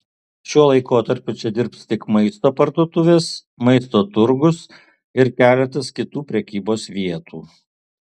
šiuo laikotarpiu čia dirbs tik maisto parduotuvės maisto turgus ir keletas kitų prekybos vietų